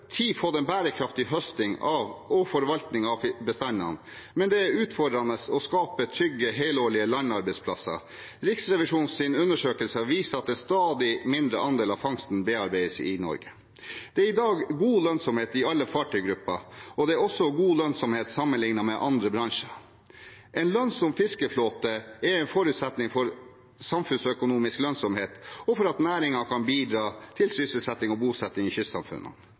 tid fått en bærekraftig høsting og forvaltning av bestandene, men det er utfordrende å skape trygge helårige landarbeidsplasser. Riksrevisjonens undersøkelse viser at en stadig mindre andel av fangsten bearbeides i Norge. Det er i dag god lønnsomhet i alle fartøygrupper, og det er også god lønnsomhet sammenlignet med andre bransjer. En lønnsom fiskeflåte er en forutsetning for samfunnsøkonomisk lønnsomhet og for at næringen kan bidra til sysselsetting og bosetting i kystsamfunnene.